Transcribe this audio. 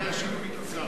בקצרה,